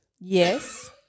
Yes